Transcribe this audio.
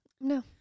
No